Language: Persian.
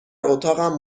اتاقم